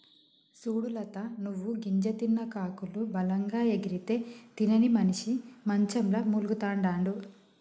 సూడు లత నువ్వు గింజ తిన్న కాకులు బలంగా ఎగిరితే తినని మనిసి మంచంల మూల్గతండాడు